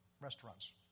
restaurants